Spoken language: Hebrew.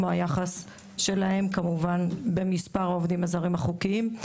כמו היחס שלהם כמובן במספר העובדים הזרים החוקיים.